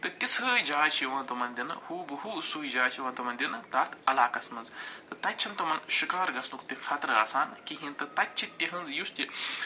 تہٕ تِژھٕے جاے چھِ یِوان تِمن دِنہٕ ہوٗ بَہ ہوٗ سُے جاے چھِ یِوان تِمن دِنہٕ تتھ علاقس منٛز تہٕ تَتہِ چھِنہٕ تِمن شِکار گژھنُک تہِ خطرٕ آسان کِہیٖنۍ تہٕ تَتہِ چھِ تِہنٛزۍ یُس تہِ